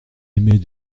aimée